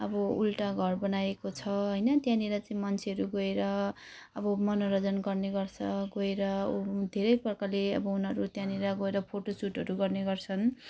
अब उल्टा घर बनाएको छ होइन त्यहाँनिर चाहिँ मान्छेहरू गएर अब मनोरञ्जन गर्ने गर्छ गएर उ धेरै प्रकारले अब उनीहरू त्यहाँनिर गएर फोटो सुटहरू गर्ने गर्छन्